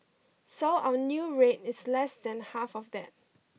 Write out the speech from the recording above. so our new rate is less than half of that